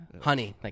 Honey